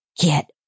Get